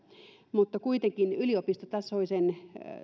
kuitenkin yliopistotasoisen